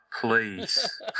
Please